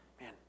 man